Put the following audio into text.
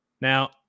Now